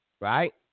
Right